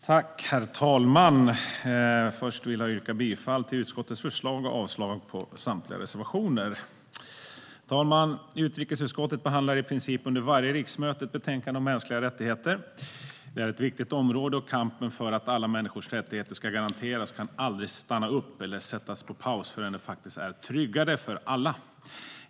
Herr talman! Först vill jag yrka bifall till utskottets förslag och avslag på samtliga reservationer. Herr talman! Utrikesutskottet behandlar i princip under varje riksmöte ett betänkande om mänskliga rättigheter. Det är ett viktigt område. Kampen för att alla människors rättigheter ska garanteras kan aldrig stanna upp eller sättas på paus förrän det faktiskt är tryggare för alla.